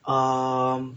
um